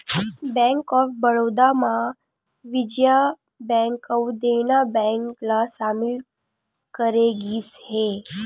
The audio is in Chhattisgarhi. बेंक ऑफ बड़ौदा म विजया बेंक अउ देना बेंक ल सामिल करे गिस हे